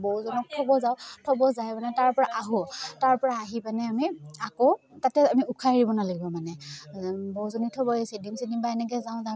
বহুজনীক থ'ব যাওঁ থ'ব যায় মানে তাৰপৰা আহোঁ তাৰপৰা আহি পানে আমি আকৌ তাতে আমি উশাহ এৰিব নালাগিব মানে বৌজনী থ'ব আহিছে এডিম চিডিম বা এনেকৈ যাওঁ যাওঁ পিনে